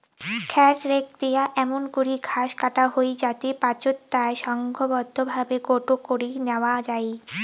খ্যার রেক দিয়া এমুন করি ঘাস কাটা হই যাতি পাচোত তায় সংঘবদ্ধভাবে গোটো করি ন্যাওয়া যাই